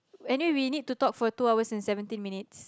anyway we need to talk for two hours and seventeen minutes